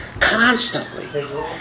constantly